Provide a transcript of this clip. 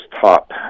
top